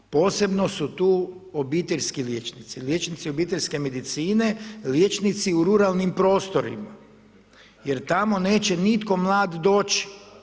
Posebno su tu obiteljski liječnici, liječnici obiteljske medicine, liječnici u ruralnim prostorima jer tamo neće nitko mlad doći.